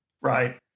right